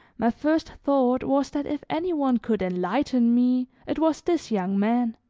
my first thought was that if any one could enlighten me it was this young man.